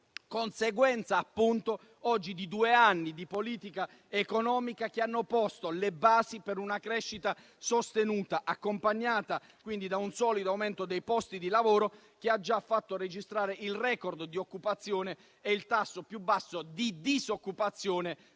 conseguenza di due anni di politica economica che ha posto le basi per una crescita sostenuta, accompagnata da un solido aumento dei posti di lavoro, che ha già fatto registrare il *record* di occupazione e il tasso più basso di disoccupazione